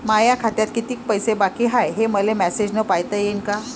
माया खात्यात कितीक पैसे बाकी हाय, हे मले मॅसेजन पायता येईन का?